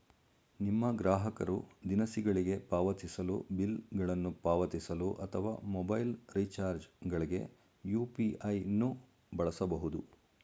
ನಿಮ್ಮ ಗ್ರಾಹಕರು ದಿನಸಿಗಳಿಗೆ ಪಾವತಿಸಲು, ಬಿಲ್ ಗಳನ್ನು ಪಾವತಿಸಲು ಅಥವಾ ಮೊಬೈಲ್ ರಿಚಾರ್ಜ್ ಗಳ್ಗೆ ಯು.ಪಿ.ಐ ನ್ನು ಬಳಸಬಹುದು